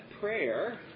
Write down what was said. prayer